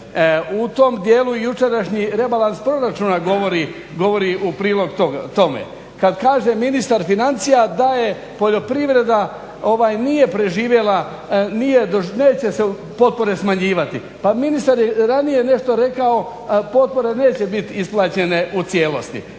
U tom dijelu jučerašnji rebalans proračuna govori u prilog tome. Kad kaže ministar financija da je poljoprivreda nije preživjela, neće se potpore smanjivati, pa ministar je manje nešto rekao, potpore neće biti isplaćene u cijelosti.